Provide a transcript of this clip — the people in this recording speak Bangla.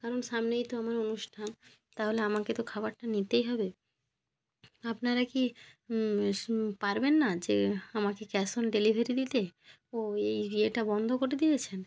কারণ সামনেই তো আমার অনুষ্ঠান তাহলে আমাকে তো খাবারটা নিতেই হবে আপনারা কি পারবেন না যে আমাকে ক্যাশ অন ডেলিভারি দিতে ও এই ইয়েটা বন্ধ করে দিয়েছেন